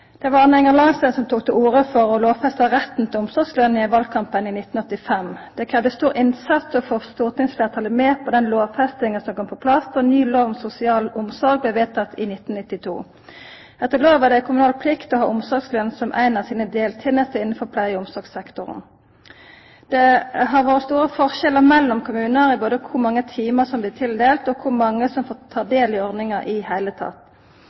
Det var Anne Enger Lahnstein som tok til orde for å lovfesta retten til omsorgsløn i valkampen i 1985. Det kravde stor innsats å få stortingsfleirtalet med på den lovfestinga som kom på plass då ny lov om sosial omsorg blei vedteken i 1992. Etter lova er det ei kommunal plikt å ha omsorgsløn som ei av sine deltenester innanfor pleie- og omsorgssektoren. Det har vore store forskjellar mellom kommunar i både kor mange timar som blir tildelte, og kor mange som får ta del i ordninga i